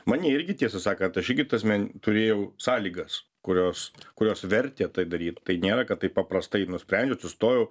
mane irgi tiesą sakant aš irgi ta prasme turėjau sąlygas kurios kurios vertė tai daryt tai nėra kad taip paprastai nusprendžiau atsistojau